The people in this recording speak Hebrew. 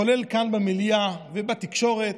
כולל כאן במליאה ובתקשורת,